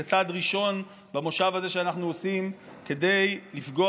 זה צעד ראשון במושב הזה שאנחנו עושים כדי לפגוע